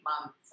months